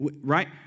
right